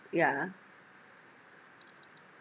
ya lah